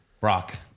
Brock